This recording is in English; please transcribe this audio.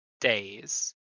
days